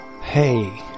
hey